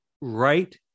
right